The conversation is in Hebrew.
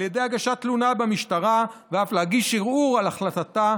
ידי הגשת תלונה במשטרה ואף להגיש ערעור על החלטתה